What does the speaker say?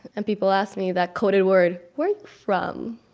and people ask me that coded word, where are you from?